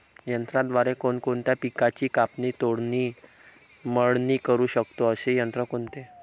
यंत्राद्वारे कोणकोणत्या पिकांची कापणी, तोडणी, मळणी करु शकतो, असे यंत्र कोणते?